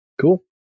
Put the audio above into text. Cool